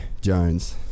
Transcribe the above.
Jones